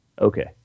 Okay